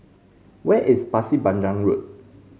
where is Pasir Panjang Road